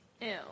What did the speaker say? Ew